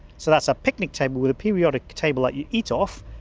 so that's a picnic table with a periodic table that you eat off,